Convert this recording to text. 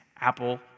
Apple